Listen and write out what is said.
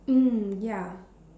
mm ya